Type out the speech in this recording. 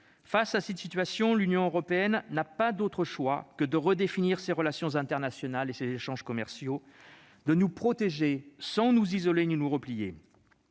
Face à cette situation, l'Union européenne n'a d'autre choix que de redéfinir ses relations internationales et ses échanges commerciaux, de nous protéger sans nous isoler ni nous replier.